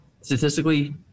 statistically